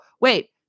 wait